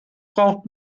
braucht